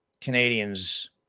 Canadians